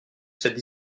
cette